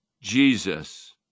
Jesus